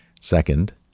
Second